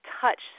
touch